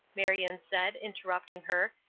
marion said, interrupting her,